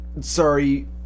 sorry